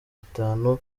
itanu